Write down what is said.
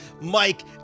Mike